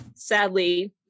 sadly